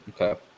Okay